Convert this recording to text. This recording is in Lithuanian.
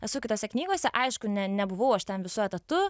esu kitose knygose aišku ne nebuvau aš ten visu etatu